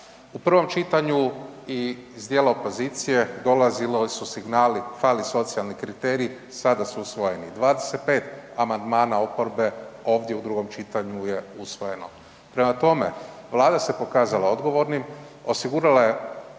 U prvom čitanju i s djela opozicije, dolazili su signali, fali socijalni kriterij, sada su usvojeni. 25 amandmana oporbe ovdje u drugom čitanju je usvojeno. Prema tome, Vlada se pokazala odgovornim, osigurala je